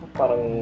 parang